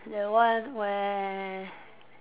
the one where